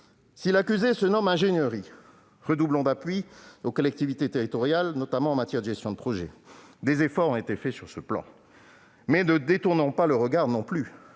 Si l'accusé se nomme ingénierie, redoublons d'appui aux collectivités territoriales, notamment en matière de gestion de projets. Des efforts ont été faits sur ce plan. Néanmoins, ne détournons pas le regard.